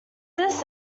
this